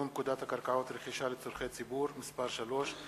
פקודת הקרקעות (רכישה לצורכי ציבור) (מס' 3),